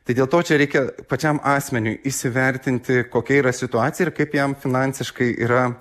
tai dėl to čia reikia pačiam asmeniui įsivertinti kokia yra situacija ir kaip jam finansiškai yra